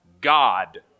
God